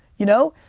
you know,